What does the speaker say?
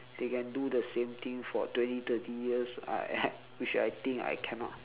they can do the same thing for twenty thirty years I I which I think I cannot